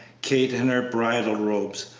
kate in her bridal robes,